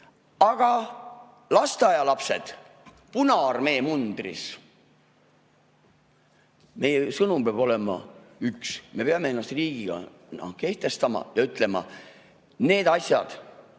Aga lasteaialapsed punaarmee mundris? Meie sõnum peab olema üks. Me peame ennast riigina kehtestama ja ütlema, et need asjad